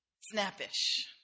snappish